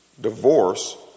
divorce